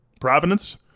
Providence